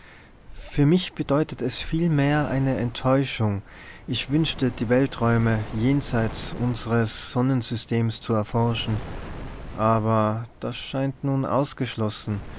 für mich bedeutet es vielmehr eine enttäuschung ich wünschte die welträume jenseits unsres sonnensystems zu erforschen aber das scheint nun ausgeschlossen